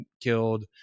killed